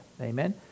Amen